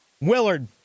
Willard